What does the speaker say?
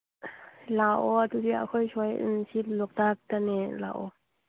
ꯂꯥꯛꯑꯣ ꯑꯗꯨꯗꯤ ꯑꯩꯈꯣꯏ ꯁ꯭ꯋꯥꯏ ꯎꯝ ꯁꯤ ꯂꯣꯛꯇꯥꯛꯇꯅꯦ ꯂꯥꯛꯑꯣ